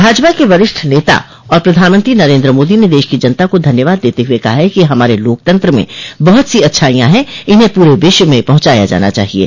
भाजपा के वरिष्ठ नेता और प्रधानमंत्री नरेन्द्र मोदी ने देश की जनता का धन्यवाद देते हुए कहा है कि हमारे लोकतंत्र में बहुत सी अच्छाईयां हैं इन्हें पूरे विश्व में पहुंचाया जाना चाहिये